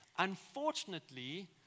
Unfortunately